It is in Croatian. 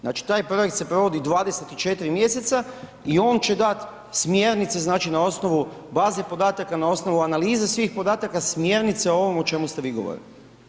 Znači, taj projekt se provodi 24 mjeseca i on će dat smjernice, znači, na osnovu baze podataka, na osnovu analize svih podataka, smjernice o ovom o čemu ste vi govorili.